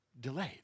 delayed